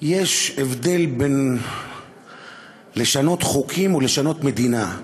יש הבדל בין לשנות חוקים ולשנות מדינה.